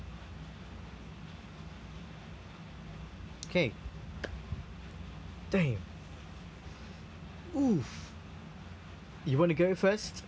okay dave !oof! you wanna go first